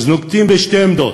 אז נוקטים שתי עמדות: